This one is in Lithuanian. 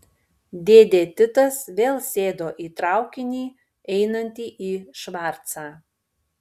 dėdė titas vėl sėdo į traukinį einantį į švarcą